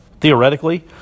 theoretically